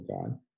god